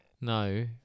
No